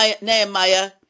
Nehemiah